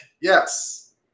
yes